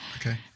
Okay